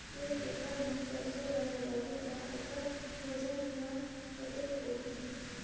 एक एकड़ मा सरसो ला लगाबो ता ओकर वजन हर कते होही?